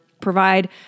provide